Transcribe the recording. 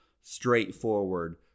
straightforward